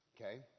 Okay